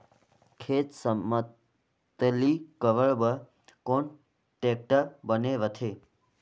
खेत समतलीकरण बर कौन टेक्टर बने रथे?